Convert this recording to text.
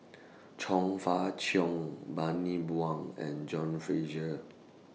Chong Fah Cheong Bani Buang and John Fraser